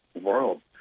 world